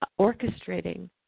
orchestrating